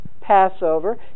Passover